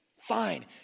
Fine